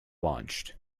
launched